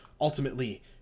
ultimately